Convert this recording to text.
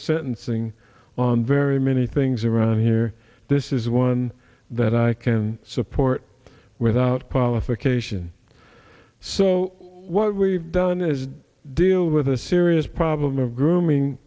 sentencing on very many things around here this is one that i can support without qualification so what we've done is deal with the serious problem of